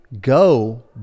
go